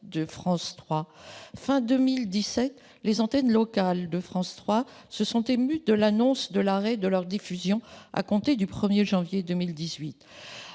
de France 3. À la fin de 2017, les antennes locales de France 3 se sont émues de l'annonce de l'arrêt de leur diffusion à compter du 1 janvier 2018.